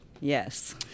Yes